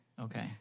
Okay